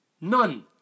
None